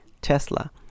Tesla